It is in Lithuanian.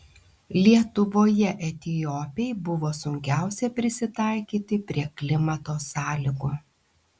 lietuvoje etiopei buvo sunkiausia prisitaikyti prie klimato sąlygų